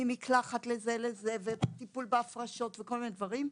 מהמקלחת וטיפול בהפרשות וכל מיני דברים.